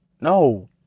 no